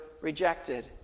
rejected